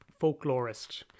folklorist